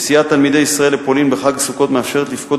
נסיעת תלמידי ישראל לפולין בחג הסוכות מאפשרת לפקוד